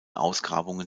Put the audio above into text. ausgrabungen